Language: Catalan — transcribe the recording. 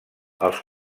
els